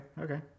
okay